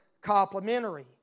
complementary